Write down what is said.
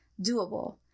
doable